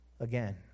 Again